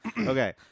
Okay